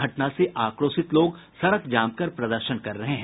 घटना से आक्रोशित लोग सड़क जाम कर प्रदर्शन कर रहे हैं